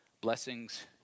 blessings